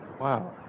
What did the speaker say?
Wow